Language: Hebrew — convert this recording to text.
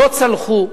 לא צלחו.